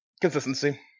Consistency